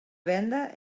venda